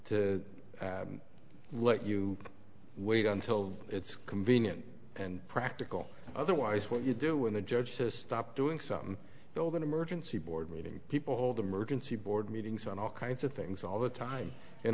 to let you wait until it's convenient and practical otherwise what you do when the judge has stopped doing some build an emergency board meeting people hold emergency board meetings on all kinds of things all the time